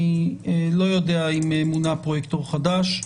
אני לא יודע אם מונה פרויקטור חדש.